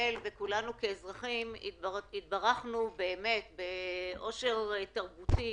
וכולנו כאזרחים התברכנו בעושר תרבותי,